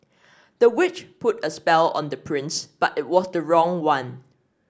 the witch put a spell on the prince but it was the wrong one